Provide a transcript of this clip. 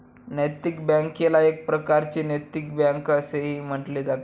नैतिक बँकेला एक प्रकारची नैतिक बँक असेही म्हटले जाते